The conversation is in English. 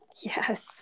Yes